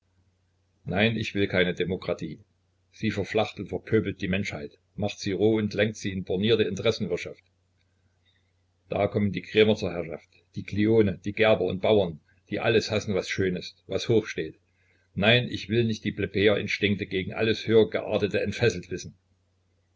nein ich will keine demokratie sie verflacht und verpöbelt die menschheit macht sie roh und lenkt sie in bornierte interessenwirtschaft da kommen die krämer zur herrschaft die kleone die gerber und bauern die alles hassen was schön ist was hoch steht nein ich will nicht die plebejerinstinkte gegen alles höhergeartete entfesselt wissen